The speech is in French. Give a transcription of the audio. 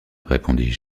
répondis